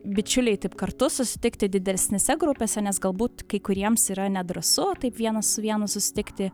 bičiuliai taip kartu susitikti didesnėse grupėse nes galbūt kai kuriems yra nedrąsu taip vienas su vienu susitikti